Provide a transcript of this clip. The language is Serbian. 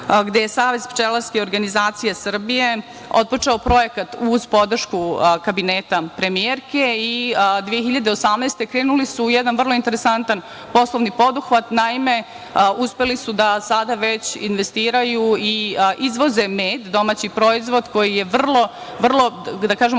gde je Savez pčelarskih organizacija Srbije otpočeo projekat uz podršku kabineta premijerke i 2018. krenuli su u jedan vrlo interesantan poslovni poduhvat. Naime, uspeli su da sada već investiraju i izvoze med, domaći proizvod, koji je vrlo produktivan